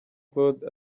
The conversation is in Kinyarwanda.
claude